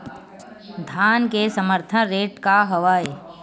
धान के समर्थन रेट का हवाय?